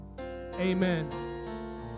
amen